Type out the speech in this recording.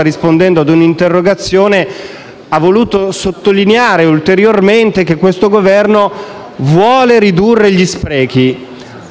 rispondendo ad un'interrogazione, ha voluto sottolineare ulteriormente in quest'Aula che il Governo intende ridurre gli sprechi,